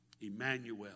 Emmanuel